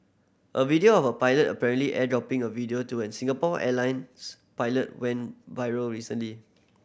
a video of a pilot apparently airdropping a video to an Singapore Airlines pilot went viral recently